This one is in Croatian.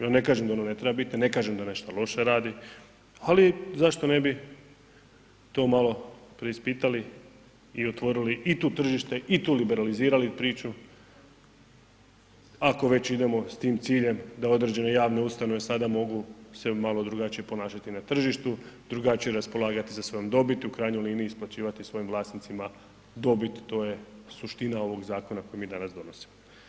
Ja ne kažem da ono ne treba biti, ne kažem da nešto loše radi, ali zašto ne bi to malo preispitali i otvorili i tu tržište i tu liberalizirali priču ako već idemo s tim ciljem da određene javne ustanove sada mogu se malo drugačije ponašati na tržištu, drugačije raspolagati sa svojom dobiti u krajnjoj liniji isplaćivati svojim vlasnicima dobit to je suština ovog zakona koji mi danas donosimo.